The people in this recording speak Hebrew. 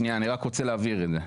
שניה אני רק רוצה להבהיר את זה,